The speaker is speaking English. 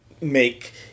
make